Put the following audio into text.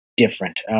different